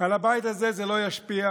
על הבית הזה זה לא ישפיע.